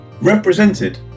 represented